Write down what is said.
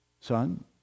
son